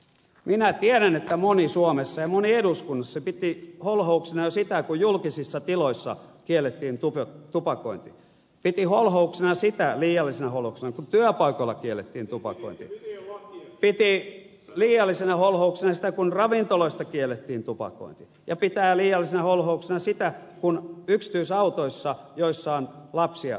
minä tiedän että moni suomessa ja moni eduskunnassa piti holhouksena jo sitä kun julkisissa tiloissa kiellettiin tupakointi piti holhouksena sitä liiallisena holhouksena kun työpaikoilla kiellettiin tupakointi piti liiallisena holhouksena sitä kun ravintoloista kiellettiin tupakointi ja pitää liiallisena holhouksena sitä jos yksityisautoissa joissa on lapsia kiellettäisiin tupakointi